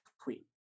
queen